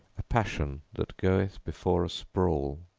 a passion that goeth before a sprawl.